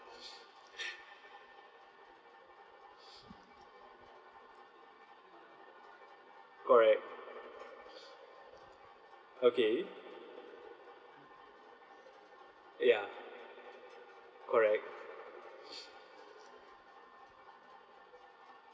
correct okay ya correct